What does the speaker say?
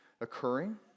occurring